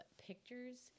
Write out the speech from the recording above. pictures